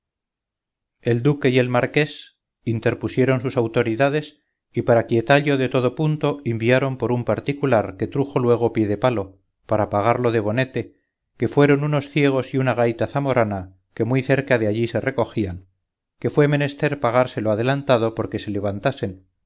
el duque y el marqués interpusieron sus autoridades y para quietallo de todo punto inviaron por un particular que trujo luego piedepalo para pagarlo de bonete que fueron unos ciegos y una gaita zamorana que muy cerca de allí se recogían que fué menester pagárselo adelantado porque se levantasen